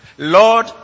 Lord